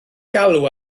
galw